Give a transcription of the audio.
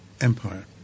empire